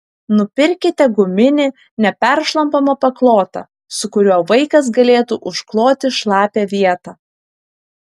nupirkite guminį neperšlampamą paklotą su kuriuo vaikas galėtų užkloti šlapią vietą